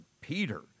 Peter